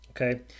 Okay